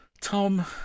Tom